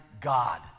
God